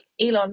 Elon